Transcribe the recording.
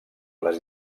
les